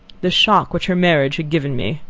the shock which her marriage had given me,